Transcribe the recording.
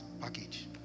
package